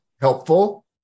helpful